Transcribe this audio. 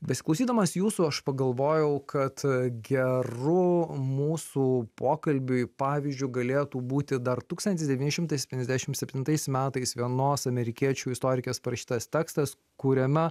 besiklausydamas jūsų aš pagalvojau kad geru mūsų pokalbiui pavyzdžiu galėtų būti dar tūkstantis devyni šimtai septyniasdešim septintais metais vienos amerikiečių istorikės parašytas tekstas kuriame